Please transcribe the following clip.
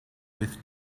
with